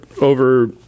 over